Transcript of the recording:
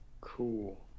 Cool